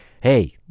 hey